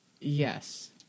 Yes